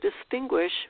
distinguish